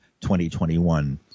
2021